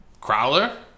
Crowler